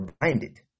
blinded